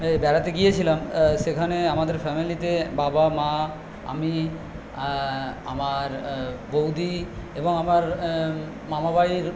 বেড়াতে গিয়েছিলাম সেখানে আমাদের ফ্যামিলিতে বাবা মা আমি আমার বৌদি এবং আমার মামা বাড়ির